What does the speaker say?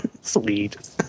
Sweet